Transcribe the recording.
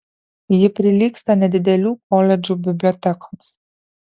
ji prilygsta nedidelių koledžų bibliotekoms